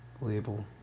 label